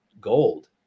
gold